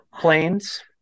planes